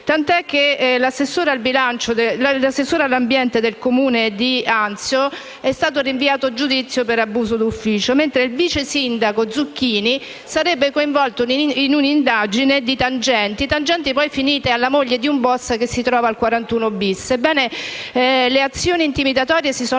tanto che l'assessore all'ambiente del Comune di Anzio è stato rinviato a giudizio per abuso d'ufficio, mentre il vice sindaco, Giorgio Zucchini, sarebbe coinvolto in un'indagine per tangenti finite nelle mani della moglie di un *boss* che si trova in